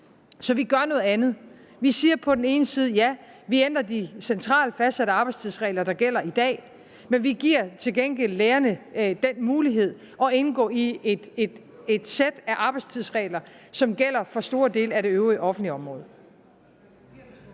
så vi gør noget andet. Vi siger på den ene side, at ja, vi ændrer de centralt fastsatte arbejdstidsregler, der gælder i dag, men vi giver til gengæld lærerne den mulighed at indgå i et sæt arbejdstidsregler, som gælder for store dele af det øvrige offentlige område.